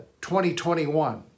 2021